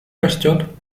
растет